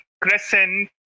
Crescent